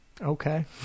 Okay